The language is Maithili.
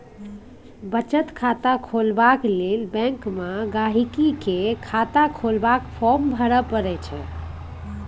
बचत खाता खोलबाक लेल बैंक मे गांहिकी केँ खाता खोलबाक फार्म भरय परय छै